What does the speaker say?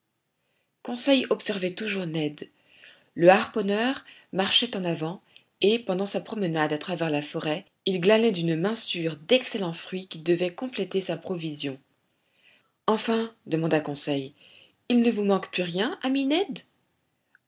conseil observait toujours ned le harponneur marchait en avant et pendant sa promenade à travers la forêt il glanait d'une main sûre d'excellents fruits qui devaient compléter sa provision enfin demanda conseil il ne vous manque plus rien